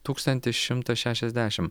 tūkstantis šimtas šešiasdešim